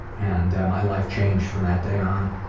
and my life changed from that day on.